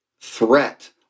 threat